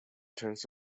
terms